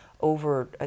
over